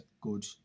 good